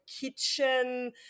kitchen